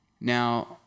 Now